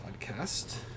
podcast